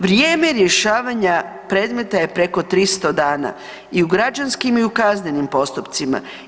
Vrijeme rješavanja predmeta je preko 300 dana i u građanskim i u kaznenim postupcima.